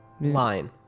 Line